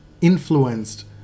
influenced